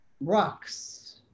rocks